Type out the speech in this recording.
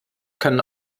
können